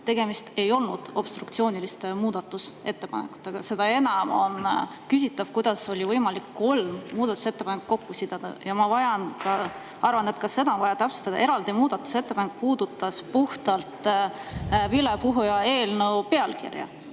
tegemist ei olnud obstruktsiooniliste muudatusettepanekutega. Seda enam on küsitav, kuidas oli võimalik kolm muudatusettepanekut kokku siduda. Ma arvan, et ka seda on vaja täpsustada, et eraldi muudatusettepanek puudutas puhtalt vilepuhuja seaduse eelnõu pealkirja,